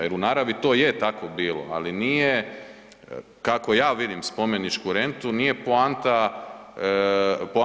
Jer u naravi to je tako bilo, ali nije kako ja vidim spomeničku rentu, nije poanta.